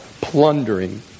plundering